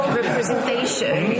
representation